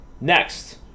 next